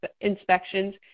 inspections